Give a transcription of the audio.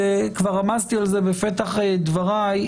וכבר רמזתי על זה בפתח דבריי,